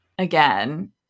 again